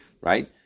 right